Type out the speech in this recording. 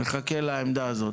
נחכה לעמדה הזו.